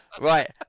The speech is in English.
Right